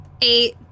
eight